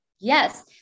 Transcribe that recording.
Yes